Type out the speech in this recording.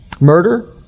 Murder